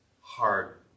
hard